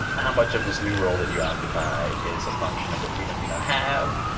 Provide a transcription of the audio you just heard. how much of this new role that you occupy is a function of the freedom you now have?